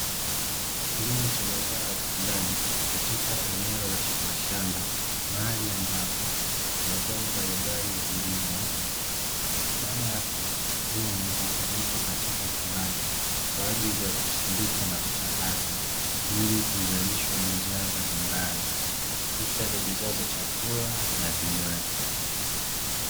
Kilimo cha mazao ya viwandani katika eneo la mashamba maali ambapo mazao mbalimbali hulimwa baada ya kuvunwa, hupelekwa katika kiwanda kwa ajili ya kusindikwa na kuchakatwa ili kuzalishwa bidhaa mbalimbali hususani bidhaa za chakula na vinywaji.